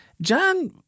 John